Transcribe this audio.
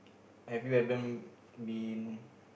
have you ever been